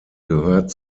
gehört